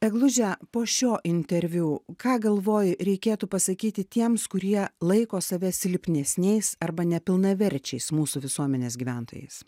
egluže po šio interviu ką galvoji reikėtų pasakyti tiems kurie laiko save silpnesniais arba nepilnaverčiais mūsų visuomenės gyventojais